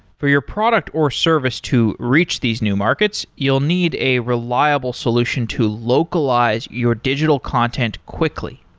for your product or service to reach these new markets, you'll need a reliable solution to localize your digital content quickly.